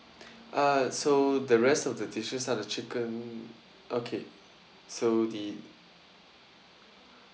uh so the rest of the dishes are the chicken okay so the